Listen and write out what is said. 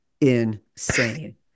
insane